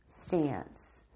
stance